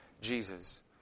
Jesus